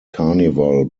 carnival